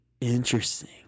interesting